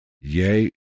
Yay